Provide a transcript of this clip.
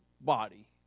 body